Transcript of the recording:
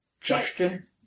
Justin